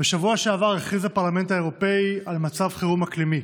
בשבוע שעבר הכריז הפרלמנט האירופי על מצב חירום אקלימי.